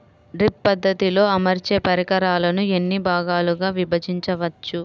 Drip పద్ధతిలో అమర్చే పరికరాలను ఎన్ని భాగాలుగా విభజించవచ్చు?